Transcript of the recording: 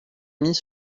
mis